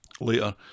Later